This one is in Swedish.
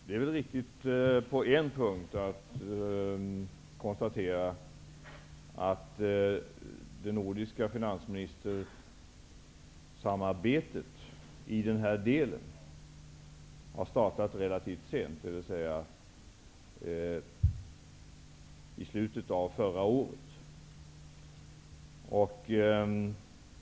Herr talman! Det är riktigt att konstatera att det nordiska finansministersamarbetet i den här delen har startat relativt sent, dvs. i slutet av förra året.